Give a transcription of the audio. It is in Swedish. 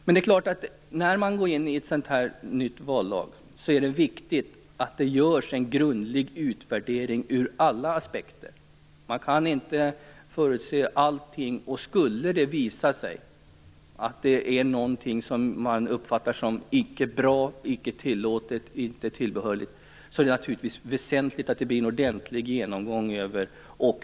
Men det är klart att det är viktigt att det görs en grundlig utvärdering ur alla aspekter när man börjar tillämpa en ny vallag. Man kan inte förutse allt, och skulle det visa sig att någonting uppfattas som dåligt, icke tillåtet eller icke tillbörligt, är det naturligtvis väsentligt att det görs en ordentlig genomgång.